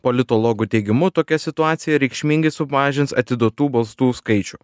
politologų teigimu tokia situacija reikšmingai sumažins atiduotų balsų skaičių